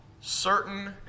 Certain